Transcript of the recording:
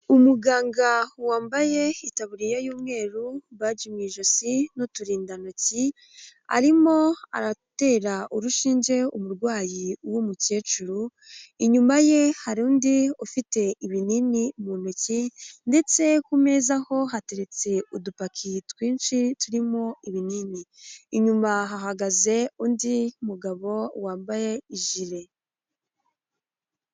Umuganga wambaye itaburiya y'umweru baji mu ijosi n'uturindantoki arimo aratera urushinge umurwayi w'umukecuru inyuma ye hari undi ufite ibinini mu ntoki ndetse ku meza ho hateretse udupaki twinshi turimo ibinini inyuma hahagaze undi mugabo wambaye jile.